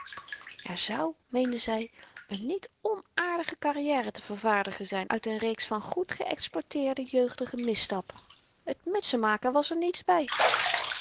er zou meenden zy n niet onaardige carrière te vervaardigen zyn uit n reeks van goed geëxploiteerde jeugdige misstappen t mutsenmaken was er niets by